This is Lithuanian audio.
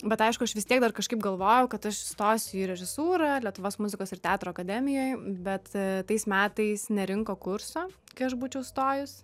bet aišku aš vis tiek dar kažkaip galvojau kad aš įstosiu į režisūrą lietuvos muzikos ir teatro akademijoj bet tais metais nerinko kurso kai aš būčiau stojus